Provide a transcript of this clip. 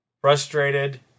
frustrated